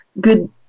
good